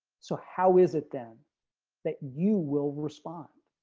so how is it then that you will respond